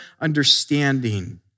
understanding